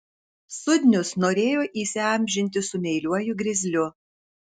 sudnius norėjo įsiamžinti su meiliuoju grizliu